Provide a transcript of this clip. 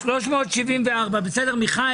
פרויקט לצמצום הפער הדיגיטלי הכולל --- אוקיי.